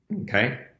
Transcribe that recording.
Okay